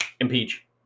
impeach